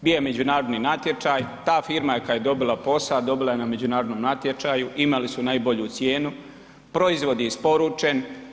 Bio je međunarodni natječaj, ta firma koja je dobila posao dobila je na međunarodnom natječaju, imali su najbolju cijenu, proizvod je isporučen.